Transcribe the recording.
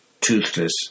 toothless